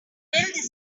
decided